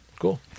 Cool